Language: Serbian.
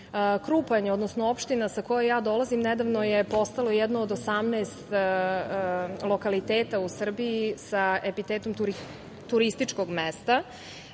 odnosno opština sa koje dolazim nedavno je postala jedna od 18 lokaliteta u Srbiji sa epitetom turističkog mesta